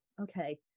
okay